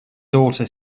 daughter